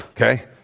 okay